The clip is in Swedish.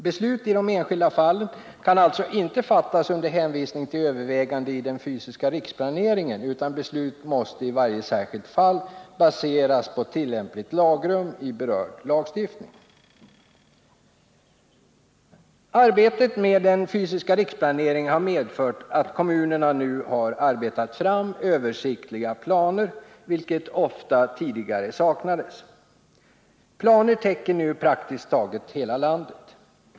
Beslut i det enskilda fallet kan alltså inte fattas under hänvisning till överväganden i den fysiska riksplaneringen, utan beslut måste i varje särskilt fall baseras på tillämpligt lagrum i berörd lagstiftning. Arbetet med den fysiska riksplaneringen har medfört att kommunerna nu har arbetat fram översiktliga planer, som tidigare ofta saknades. Planer täcker nu praktiskt taget hela landet.